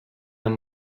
amb